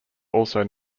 also